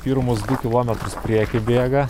pirmus du kilometrus prieky bėga